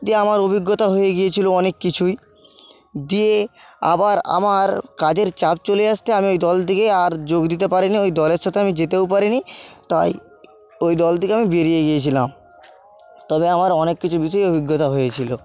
দিয়ে আমার অভিজ্ঞতা হয়ে গিয়েছিল অনেক কিছুই দিয়ে আবার আমার কাজের চাপ চলে আসতে আমি ওই দল থেকে আর যোগ দিতে পারিনি ওই দলের সাথে আমি যেতেও পারিনি তাই ওই দল থেকে আমি বেরিয়ে গিয়েছিলাম তবে আমার অনেক কিছু বিষয়ে অভিজ্ঞতা হয়েছিল